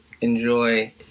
enjoy